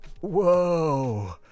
Whoa